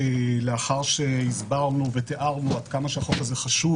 לאחר שהסברנו ותיארנו עד כמה שהחוק הזה חשוב